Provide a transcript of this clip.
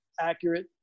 accurate